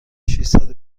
ششصد